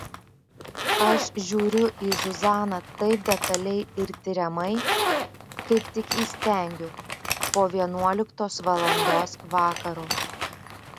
aš žiūriu į zuzaną taip detaliai ir tiriamai kaip tik įstengiu po vienuoliktos valandos vakaro